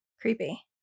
Creepy